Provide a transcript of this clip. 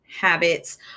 habits